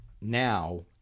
now